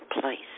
place